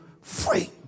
free